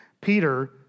Peter